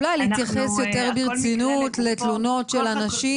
אולי להתייחס יותר ברצינות לתלונות של אנשים.